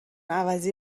عوضی